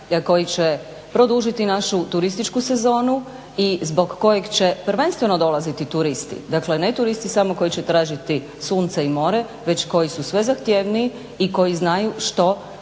koji će produžiti našu turističku sezonu i zbog kojeg će prvenstveno dolaziti turisti. Dakle ne turisti koji će samo tražiti sunce i more već koji su sve zahtjevniji i koji znaju što od